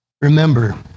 Remember